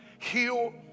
heal